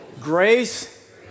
grace